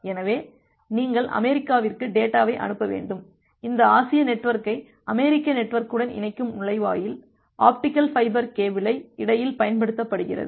எனவே நீங்கள் அமெரிக்காவிற்கு டேட்டாவை அனுப்ப வேண்டும் இந்த ஆசிய நெட்வொர்க்கை அமெரிக்க நெட்வொர்க்குடன் இணைக்கும் நுழைவாயில் ஆப்டிகல் ஃபைபர் கேபிளை இடையில் பயன்படுத்துகிறது